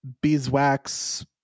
beeswax